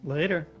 Later